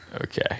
Okay